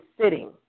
sitting